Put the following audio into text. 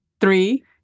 three